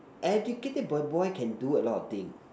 educated boy boy can do a lot of thing